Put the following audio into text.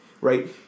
right